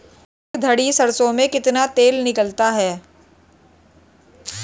एक दही सरसों में कितना तेल निकलता है?